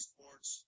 Sports